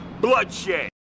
bloodshed